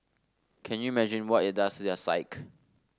can you what it does their psyche